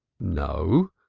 no,